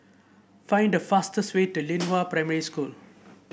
find the fastest way to Lianhua Primary School